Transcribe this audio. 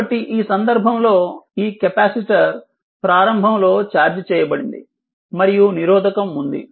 కాబట్టి ఈ సందర్భంలో ఈ కెపాసిటర్ ప్రారంభంలో ఛార్జ్ చేయబడింది మరియు నిరోధకం ఉంది